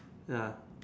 ya